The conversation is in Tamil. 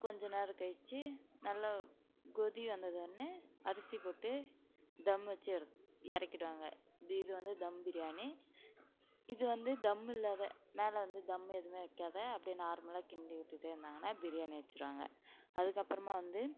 கொஞ்ச நேரம் கழிச்சு நல்ல கொதி வந்தவொடனே அரிசி போட்டு தம் வச்சு எறக் இறக்கிடுவாங்க இது இது வந்து தம் பிரியாணி இது வந்து தம்மில்லாது மேலே வந்து தம் எதுவுமே வைக்காது அப்படியே நார்மலாக கிண்டிவிட்டுகிட்டே இருந்தாங்கன்னால் பிரியாணி வச்சுருவாங்க அதுக்கப்புறமா வந்து